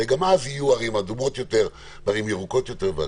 הרי גם אז תהיינה ערים ירוקות ואדומות,